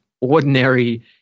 ordinary